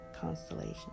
constellation